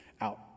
out